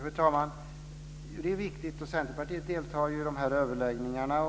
Herr talman! Det är riktigt, och Centerpartiet deltar ju i överläggningarna.